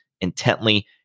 intently